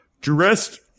Dressed